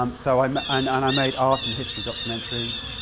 um so um and and i made art and history documentaries.